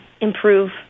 improve